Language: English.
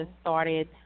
started